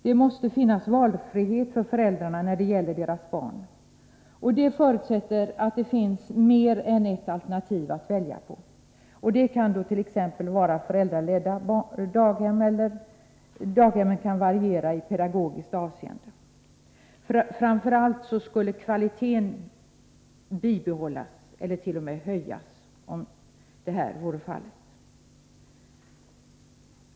Det måste finnas valfrihet för föräldrarna när det gäller deras barn, och det förutsätter att det finns mer än ett alternativ att välja på. Det kan t.ex. vara föräldraledda daghem eller daghem som varierar i pedagogiskt avseende. Framför allt skulle kvaliteten bibehållas eller t.o.m. höjas om detta vore fallet.